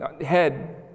head